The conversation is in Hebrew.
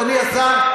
אדוני השר,